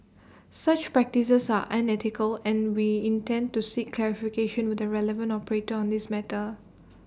such practices are unethical and we intend to seek clarification with the relevant operator on this matter